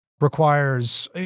requires